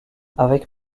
avec